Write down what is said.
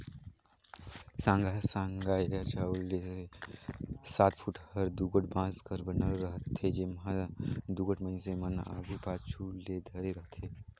साँगा साँगा एहर छव ले सात फुट कर दुगोट बांस कर बनल रहथे, जेम्हा दुगोट मइनसे मन आघु पाछू ले धरे रहथे